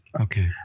Okay